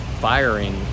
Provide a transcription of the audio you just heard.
firing